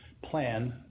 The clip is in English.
Plan